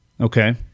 okay